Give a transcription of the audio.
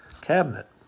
cabinet